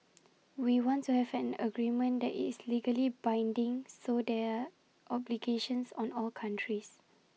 we want to have an agreement that is legally binding so there are obligations on all countries